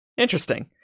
interesting